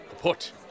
Put